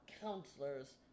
counselors